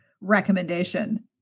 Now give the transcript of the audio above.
recommendation